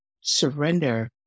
surrender